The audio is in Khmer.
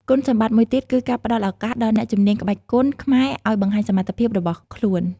គុណសម្បត្តិមួយទៀតគឺការផ្ដល់ឱកាសដល់អ្នកជំនាញក្បាច់គុនខ្មែរឲ្យបង្ហាញសមត្ថភាពរបស់ខ្លួន។